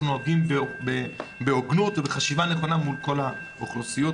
נוהגים באופן הוגן ובחשיבה נכונה מול כל האוכלוסיות.